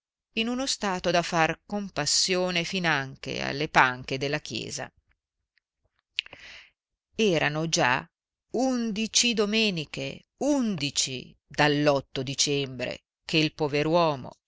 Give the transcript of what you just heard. in uno stato da far compassione finanche alle panche della chiesa erano già undici domeniche undici dall'otto dicembre che il pover uomo